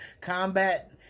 combat